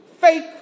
fake